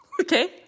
Okay